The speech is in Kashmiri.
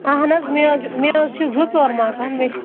اَہَن حظ مےٚ حظ مےٚ حظ چھِ زٕ ژور مکان مےٚ چھِ